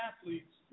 athletes